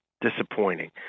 disappointing